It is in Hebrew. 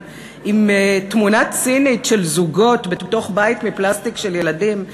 עם תמונה צינית של זוגות בתוך בית פלסטיק של ילדים,